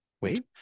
wait